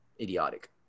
idiotic